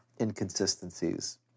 inconsistencies